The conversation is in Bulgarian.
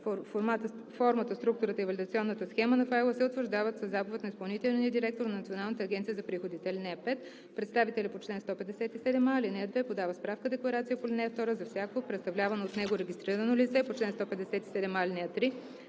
Формата, структурата и валидационната схема на файла се утвърждават със заповед на изпълнителния директор на Националната агенция за приходите. (5) Представителят по чл. 157а, ал. 2 подава справка-декларация по ал. 2 за всяко представлявано от него регистрирано лице по чл. 157а, ал. 3.